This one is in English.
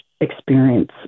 experience